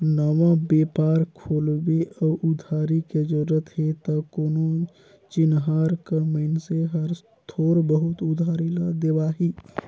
नवा बेपार खोलबे अउ उधारी के जरूरत हे त कोनो चिनहार कर मइनसे हर थोर बहुत उधारी ल देवाही